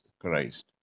Christ